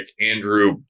Andrew